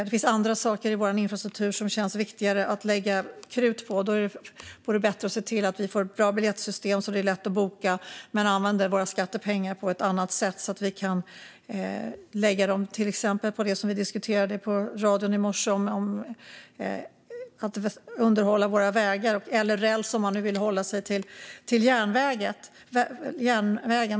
Det finns andra saker i vår infrastruktur som det känns viktigare att lägga krut på, och då är det bättre att se till att vi får ett bra biljettsystem så att det är lätt att boka. Låt oss använda våra skattepengar på ett annat sätt så att vi kan lägga dem till exempel på det som vi diskuterade i radion i morse: att underhålla våra vägar eller vår räls, om man nu vill hålla sig till järnvägen.